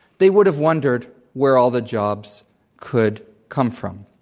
they would've wondered where all the jobs could come from.